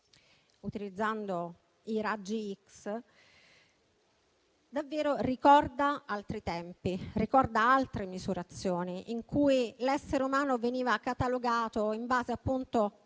utilizzando i raggi X, davvero ricorda altri tempi. Ricorda altre misurazioni, in cui l'essere umano veniva catalogato in base, appunto,